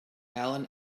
alan